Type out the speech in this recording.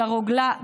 של הרוגלה,